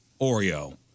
Oreo